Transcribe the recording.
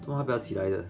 做么他不要起来的